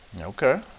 Okay